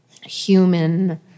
human